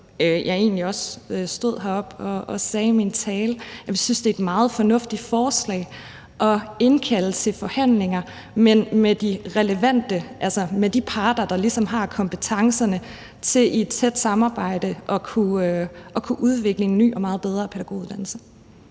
også stod heroppe og sagde i min tale – at det er et meget fornuftigt forslag at indkalde til forhandlinger, men det skal være med de parter, der ligesom har kompetencerne til i et tæt samarbejde at kunne udvikle en ny og meget bedre pædagoguddannelse.